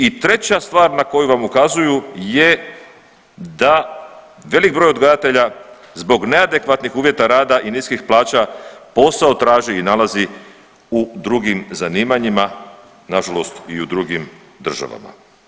I treća stvar na koju vam ukazuju je da velik broj odgajatelja zbog neadekvatnih uvjeta rada i niskim plaća posao traži i nalazi u drugim zanimanjima, nažalost i u drugim državama.